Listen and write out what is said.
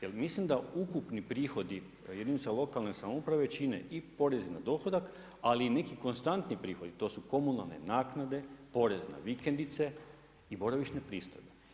Jer mislim da ukupni prihodi jedinica lokalne samouprave čine i porezi na dohodak ali i neki konstantni prihodi, to su komunalne naknade, porez na vikendice i boravišne pristojbe.